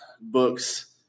books